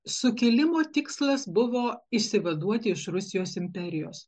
sukilimo tikslas buvo išsivaduoti iš rusijos imperijos